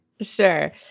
Sure